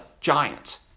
Giants